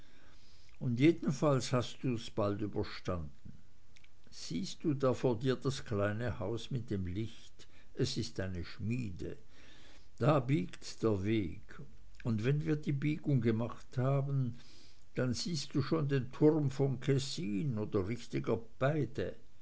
und jedenfalls hast du's bald überstanden siehst du da vor dir das kleine haus mit dem licht es ist eine schmiede da biegt der weg und wenn wir die biegung gemacht haben dann siehst du schon den turm von kessin oder richtiger beide